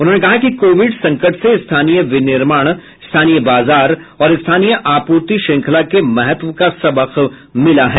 उन्होंने कहा कि कोविड संकट से स्थानीय विनिर्माण स्थानीय बाजार और स्थानीय आपूर्ति श्रृंखला के महत्व का सबक मिला है